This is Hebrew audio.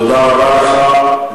תודה רבה לך.